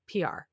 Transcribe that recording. PR